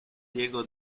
diego